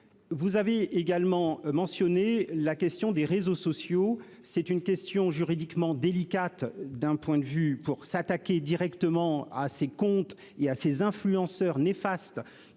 vous avez également mentionné la question des réseaux sociaux, c'est une question juridiquement délicate d'un point de vue pour s'attaquer directement à ses comptes et à ces influenceurs néfastes